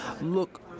look